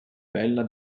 bella